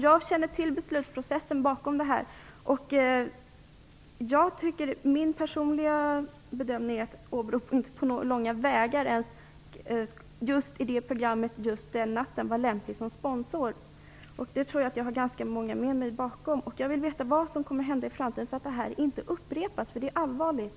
Jag känner till beslutsprocessen bakom detta. Min personliga bedömning är att Åbro inte på långa vägar just i det programmet just den natten var lämplig som sponsor. Det tror jag att ganska många håller med om. Jag vill veta vad som kommer att hända i framtiden för att detta inte upprepas, eftersom det är allvarligt.